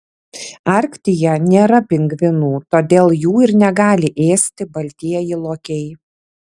arktyje nėra pingvinų todėl jų ir negali ėsti baltieji lokiai